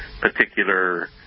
particular